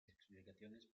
explicaciones